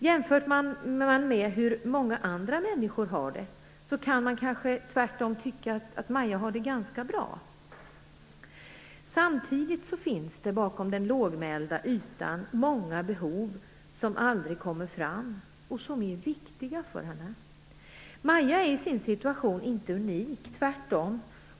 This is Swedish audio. Jämför man med hur många andra människor har det kan man kanske tycka att Maja har det ganska bra. Samtidigt finns det bakom den lågmälda ytan många behov som aldrig kommer fram och som är viktiga för henne. Maja är i sin situation inte unik - tvärtom.